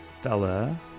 fella